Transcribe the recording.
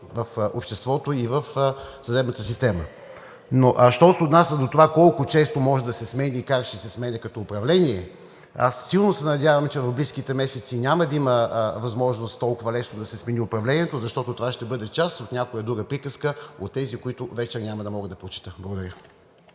в обществото и в съдебната система. Що се отнася до това колко често може да се сменя и как ще се сменя като управление, аз силно се надявам, че в близките месеци няма да има възможност толкова лесно да се смени управлението, защото това ще бъде част от някоя друга приказка или от тези, които вече няма да мога да прочета. Благодаря.